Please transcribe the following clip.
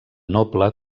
noble